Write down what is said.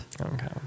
Okay